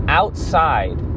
outside